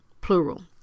plural